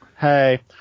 Hey